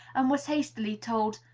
and was hastily told,